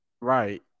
right